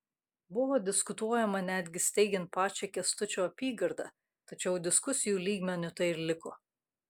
buvo diskutuojama netgi steigiant pačią kęstučio apygardą tačiau diskusijų lygmeniu tai ir liko